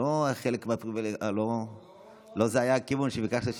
לא זה היה הכיוון שביקשת?